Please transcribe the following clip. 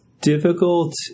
difficult